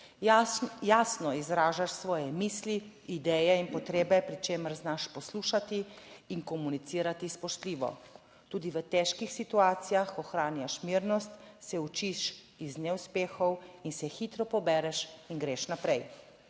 Jasno izražaš svoje misli, ideje in potrebe, pri čemer znaš poslušati in komunicirati spoštljivo tudi v težkih situacijah, ohranjaš mirnost, se učiš iz neuspehov in se hitro pobereš in greš **50.